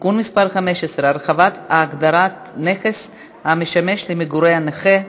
(תיקון מס' 15) (הרחבת ההגדרה נכס המשמש למגורי נכה),